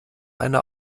eine